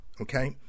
Okay